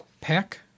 pack